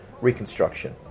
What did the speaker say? reconstruction